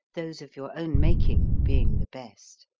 those of your own making being the best.